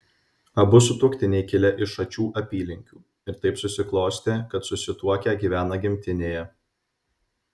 abu sutuoktiniai kilę iš šačių apylinkių ir taip susiklostė kad susituokę gyvena gimtinėje